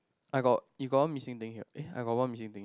I got you got one missing thing here eh I got one missing thing